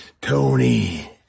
Tony